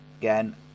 again